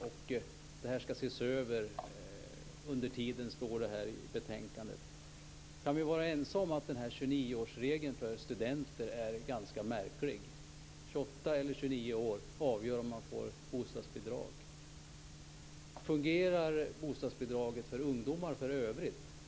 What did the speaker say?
Systemet skall ses över under tiden, står det i betänkandet. Kan vi vara ense om att 29 årsgränsen för studenter är ganska märklig? Om man är 28 eller 29 år är avgörande för om man får bostadsbidrag. Fungerar bostadsbidraget för ungdomar för övrigt?